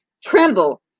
Tremble